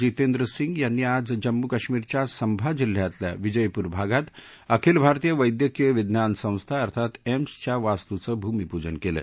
जितेंद्र सिंग यांनी आज जम्मू काश्मिरच्या संभा जिल्ह्यातल्या विजयपूर भागात अखिल भारतीय वैद्यकीय विज्ञान संस्था अर्थात एम्स च्या वास्तूचे भूमीपूजन केलं